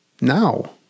Now